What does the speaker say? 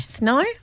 No